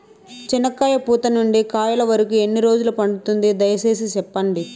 చెనక్కాయ పూత నుండి కాయల వరకు ఎన్ని రోజులు పడుతుంది? దయ సేసి చెప్పండి?